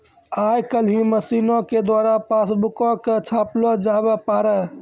आइ काल्हि मशीनो के द्वारा पासबुको के छापलो जावै पारै